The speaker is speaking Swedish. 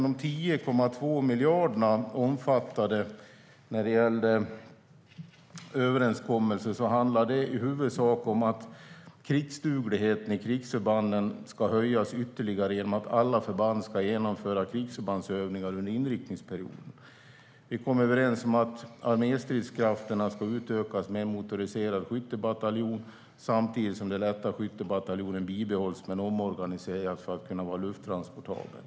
De 10,2 miljarderna i överenskommelsen handlar i huvudsak om att krigsdugligheten i krigsförbanden ska höjas ytterligare genom att alla förband ska genomföra krigsförbandsövningar under inriktningsperioden. Vi kom överens om att arméstridskrafterna ska utökas med en motoriserad skyttebataljon samtidigt som den lätta skyttebataljonen bibehålls men omorganiseras för att kunna vara lufttranportabel.